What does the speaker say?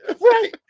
right